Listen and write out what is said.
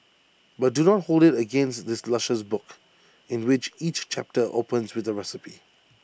but do not hold IT against this luscious book in which each chapter opens with A recipe